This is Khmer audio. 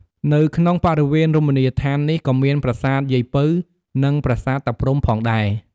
នៅក្នុងបរិវេណរមណីយដ្ឋាននេះ ក៏មាន ប្រាសាទយាយពៅ និង ប្រាសាទតាព្រហ្ម ផងដែរ។